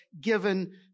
given